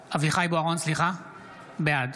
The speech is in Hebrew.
בוארון, בעד